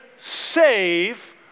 Save